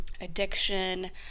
addiction